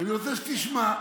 ואני רוצה שתשמע.